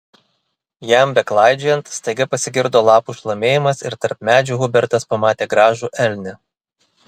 jam beklaidžiojant staiga pasigirdo lapų šlamėjimas ir tarp medžių hubertas pamatė gražų elnią